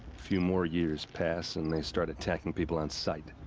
few more years pass, and they start attacking people on sight.